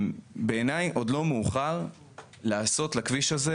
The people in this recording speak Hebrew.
בעיניי עוד לא מאוחר לעשות לכביש הזה,